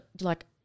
like